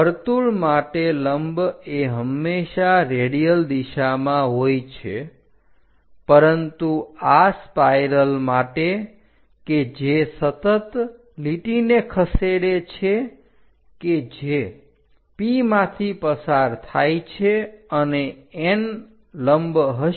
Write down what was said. વર્તુળ માટે લંબ એ હંમેશા રેડિયલ દિશામાં હોય છે પરંતુ આ સ્પાઇરલ માટે કે જે સતત લીટીને ખસેડે છે કે જે P માંથી પસાર થાય છે અને N લંબ હશે